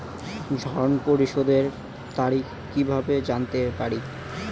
ঋণ পরিশোধের তারিখ কিভাবে জানতে পারি?